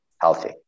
healthy